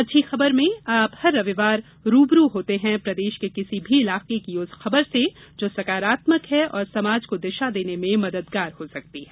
अच्छी खबरमें आप हर रविवार रूबरू होते हैं प्रदेश के किसी भी इलाके की उस खबर से जो सकारात्मक है और समाज को दिशा देने में मददगार हो सकती है